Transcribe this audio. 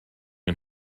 and